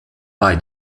bei